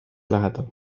lähedal